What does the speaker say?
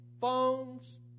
phones